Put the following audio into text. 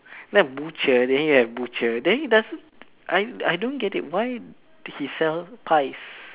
the butcher then you have butcher then he doesn't I I don't get it why he sells pies